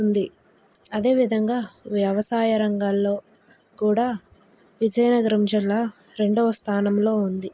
ఉంది అదే విధంగా వ్యవసాయ రంగాల్లో కూడా విజయనగరం జిల్లా రెండవ స్థానంలో ఉంది